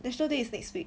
national day is next week